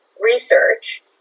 research